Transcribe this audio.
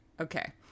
okay